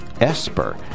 Esper